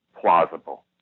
plausible